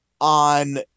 on